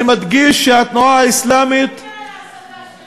אני מדגיש שהתנועה האסלאמית, שום מילה על ההסתה.